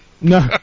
No